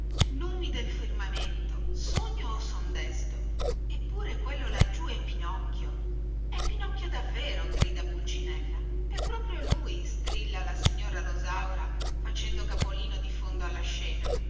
numi del firmamento sogno o son desto eppure quello laggiù è pinocchio è pinocchio davvero grida pulcinella è proprio lui strilla la signora rosaura facendo capolino di fondo alla scena